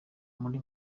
muri